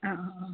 ആ ആ ആ